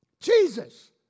Jesus